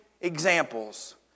examples